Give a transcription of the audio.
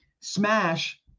smash